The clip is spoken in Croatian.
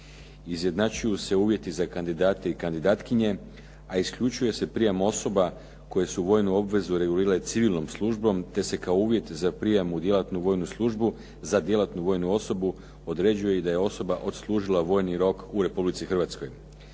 Izjednačuju se uvjeti za kandidate i kandidatkinje, a isključuje se prijem osoba koju su vojnu obvezu regulirale civilnom službom, te se kao uvjet za prijem u djelatnu vojnu službu za djelatnu vojnu osobu, određuje i da je osoba odslužila vojni rok u Republici Hrvatskoj.